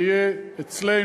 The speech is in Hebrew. זה יהיה אצלנו,